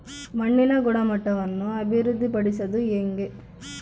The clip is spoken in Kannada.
ಮಣ್ಣಿನ ಗುಣಮಟ್ಟವನ್ನು ಅಭಿವೃದ್ಧಿ ಪಡಿಸದು ಹೆಂಗೆ?